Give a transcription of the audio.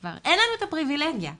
כי אין לנו את הפריבילגיה לכך.